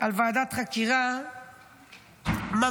על ועדת חקירה ממלכתית,